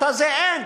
אין,